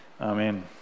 Amen